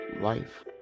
life